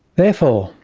therefore,